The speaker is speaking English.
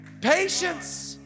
patience